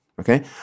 okay